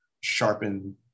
sharpen